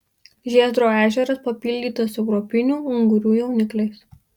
žiezdro ežeras papildytas europinių ungurių jaunikliais